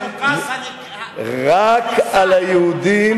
זה נקרא זעקת הקוזק הנגזל.